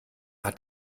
hat